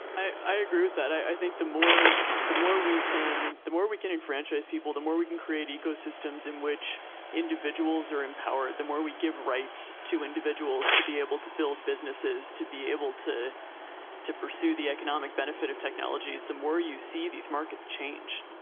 i? agree with that. i think the more the more we can the more we can enfranchise people the more we can create ecosystems in which individuals are empowered than where we give rights to individuals to be able to build businesses to be able to to pursue the economic benefit of technologies the more you see these markets change